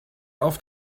auf